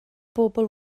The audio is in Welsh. bobl